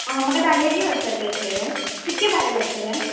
म्हाका डांडेली वचपाचें आसलेलें कितकें भाडें लागतलें